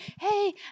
hey